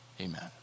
amen